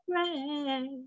pray